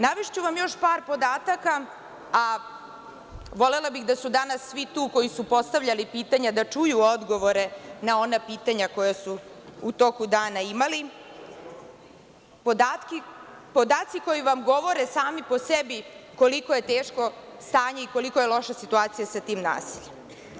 Navešću vam još par podataka, a volela bih da su danas svi tu koji su postavljali pitanja, da čuju odgovore na ona pitanja koja su u toku dana imali, podaci koji vam govore, sami po sebi, koliko je teško stanje i koliko je loša situacija sa tim naseljem.